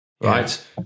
right